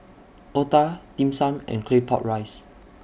Otah Dim Sum and Claypot Rice